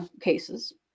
cases